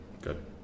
Good